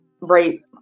right